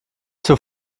zur